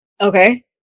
Okay